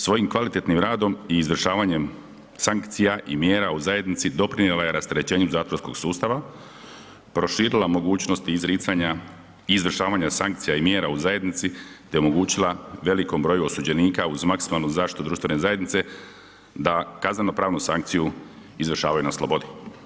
Svojim kvalitetnim radom i izvršavanjem sankcija i mjera u zajednici, doprinijela je rasterećenju zatvorskog sustava, proširila mogućnosti izricanja i izvršavanja sankcija i mjera u zajednici te omogućila velikom broju osuđenika uz maksimalnu zaštitu društvene zajednice, da kazneno-pravnu sankciju izvršavaju na slobodi.